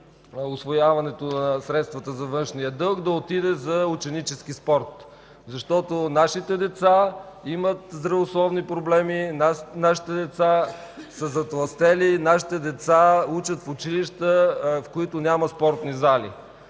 да отиде за ученически спорт. Нашите деца имат здравословни проблеми, нашите деца са затлъстели, децата ни учат в училища, в които няма спортни зали.